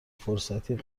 فرصتی